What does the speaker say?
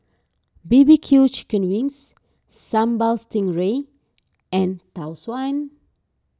B B Q Chicken Wings Sambal Stingray and Tau Suan